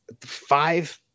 five